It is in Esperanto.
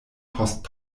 post